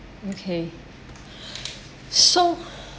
okay so